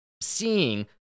seeing